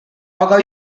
aga